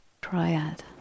triad